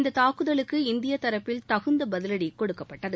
இந்த தாக்குதலுக்கு இந்திய தரப்பில் தகுந்த பதில்டி கொடுக்கப்பட்டது